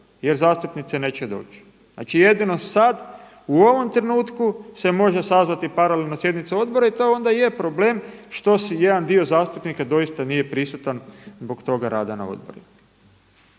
jer zastupnici neće doći. Znači jedino sad u ovom trenutku se može sazvati paralelno sjednica odbora i to onda i je problem što jedan dio zastupnika doista nije prisutan zbog toga rada na odborima.